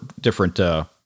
different